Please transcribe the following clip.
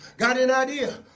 got an idea